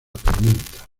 tormenta